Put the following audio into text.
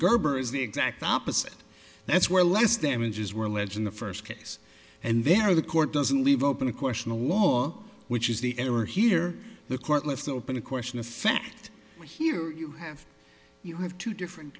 gerber is the exact opposite that's where less damages were ledge in the first case and there the court doesn't leave open a question of law which is the error here the court left open a question of fact here you have you have two different